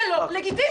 זה לא לגיטימי.